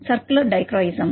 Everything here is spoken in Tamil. மாணவர் சர்குலர் டைக்ரோயிசம்